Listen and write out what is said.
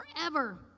forever